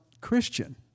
Christian